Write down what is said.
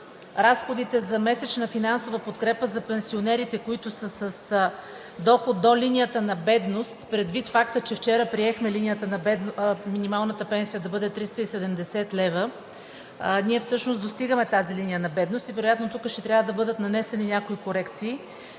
разходите за месечна финансова подкрепа за пенсионерите, които са с доход до линията на бедност, предвид факта, че вчера приехме минималната пенсия да бъде 370 лв. Ние всъщност достигаме тази линия на бедност и вероятно тук ще трябва да бъдат нанесени някои корекции.